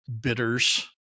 bitters